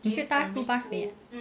你是搭 school bus 回 ah